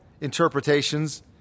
interpretations